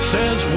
Says